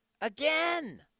Again